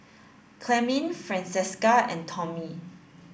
Clemmie Francesca and Tommie